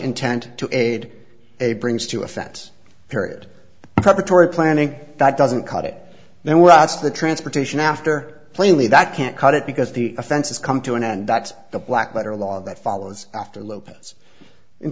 intent to aid a brings to offense period preparatory planning that doesn't cut it now what's the transportation after plainly that can't cut it because the offense has come to an end that's the black letter law that follows after lopez in